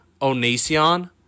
Onision